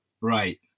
Right